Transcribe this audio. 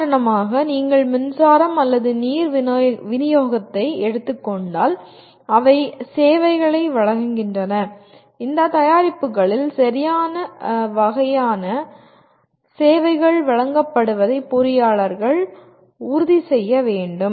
உதாரணமாக நீங்கள் மின்சாரம் அல்லது நீர் விநியோகத்தை எடுத்துக் கொண்டால் அவை சேவைகளை வழங்குகின்றன இந்த தயாரிப்புகளில் சரியான வகையான சேவைகள் வழங்கப்படுவதை பொறியாளர்கள் உறுதி செய்ய வேண்டும்